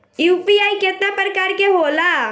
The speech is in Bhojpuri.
यू.पी.आई केतना प्रकार के होला?